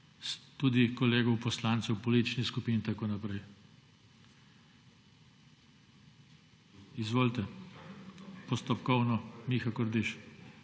tudi kolegov poslancev političnih skupin in tako naprej. Postopkovno, Miha Kordiš.